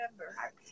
remember